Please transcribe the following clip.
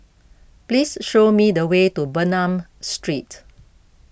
please show me the way to Bernam Street